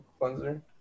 cleanser